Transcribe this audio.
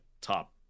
top